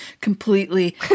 completely